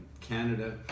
Canada